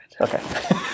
Okay